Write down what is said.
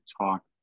talk